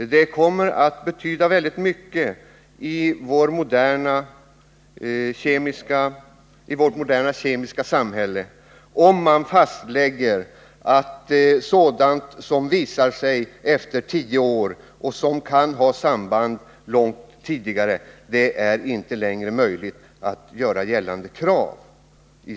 Det kommer att inte bara gäller de nu aktuella betyda mycket i vårt moderna kemiska samhälle om man fastlägger att det inte är möjligt att efter tio år framställa ersättningskrav för skador som har inträffat tidigare.